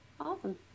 Awesome